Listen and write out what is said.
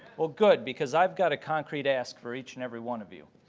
well, good, because i've got a concrete ask for each and every one of you.